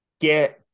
get